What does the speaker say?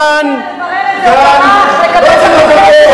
טרור כאן, חברת הכנסת